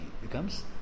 Becomes